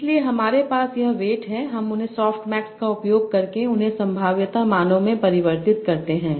इसलिए हमारे पास यह वेट हैं हम उन्हें सॉफ्टेमैक्स का उपयोग करके उन्हें संभाव्यता मानों में परिवर्तित करते हैं